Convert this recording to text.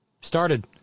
started